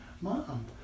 Mom